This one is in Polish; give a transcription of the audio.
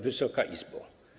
Wysoka Izbo!